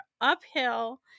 uphill